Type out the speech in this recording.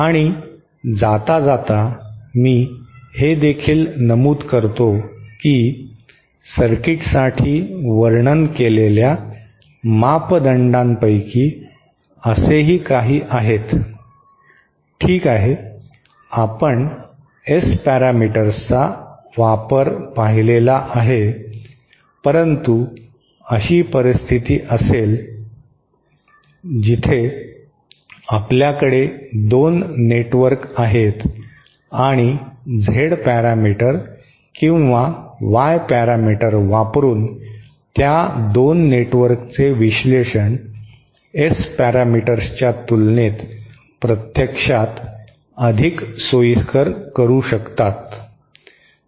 आणि जाता जाता मी हे देखील नमूद करतो की सर्किटसाठी वर्णन केलेल्या मापदंडांपैकी असेही काही आहेत ठीक आहे आपण एस पॅरामीटर्सचा वापर पाहिलेला आहे परंतु अशी परिस्थिती असेल जिथे आपल्याकडे 2 नेटवर्क आहेत आणि झेड पॅरामीटर किंवा वाय पॅरामीटर वापरुन त्या 2 नेटवर्कचे विश्लेषण एस पॅरामीटर्सच्या तुलनेत प्रत्यक्षात अधिक सोयीस्कर असू शकतात